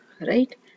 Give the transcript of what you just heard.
right